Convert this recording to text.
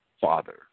father